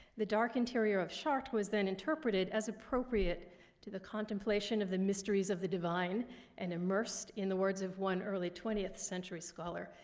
the dark interior of chartres was then interpreted as appropriate to the contemplation of the mysteries of the divine and immersed, in the words of one early twentieth century scholar,